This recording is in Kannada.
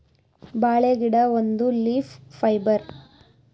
ಬಾಳೆ ಗಿಡ ಒಂದು ಲೀಫ್ ಫೈಬರ್